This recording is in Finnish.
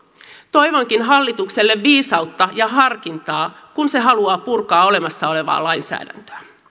toivonkin hallitukselle viisautta ja harkintaa kun se haluaa purkaa olemassa olevaa lainsäädäntöä